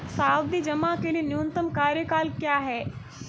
सावधि जमा के लिए न्यूनतम कार्यकाल क्या है?